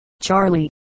Charlie